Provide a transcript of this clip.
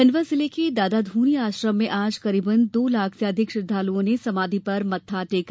खण्डवा जिले के दादाधूनी आश्रम में आज करीबन दो लाख से अधिक श्रद्दालुओं ने समाधी पर माथा टेका